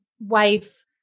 wife